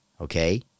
okay